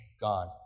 gone